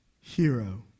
hero